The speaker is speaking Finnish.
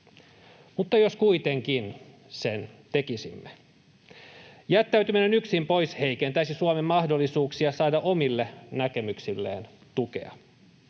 Mutta jos kuitenkin sen tekisimme: Jättäytyminen yksin pois heikentäisi Suomen mahdollisuuksia saada omille näkemyksilleen tukea.